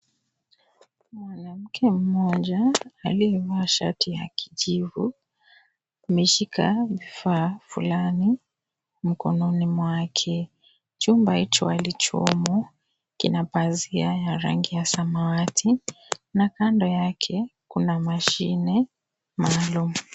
Mwanamke mmoja aliyevaa shati ya kijivu ameshika vifaa fulani mikononi mwake . Chumba hicho alichomo, kina pazia ya rangi ya samawati na Kando yake kuna mashine maalum .